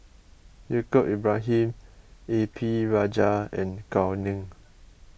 Yaacob Ibrahim A P Rajah and Gao Ning